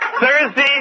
Thursday